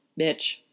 bitch